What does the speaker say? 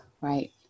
right